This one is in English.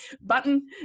button